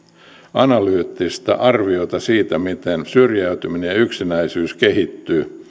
analyyttista arviota siitä miten syrjäytyminen ja yksinäisyys kehittyvät